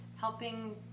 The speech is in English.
helping